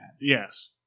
Yes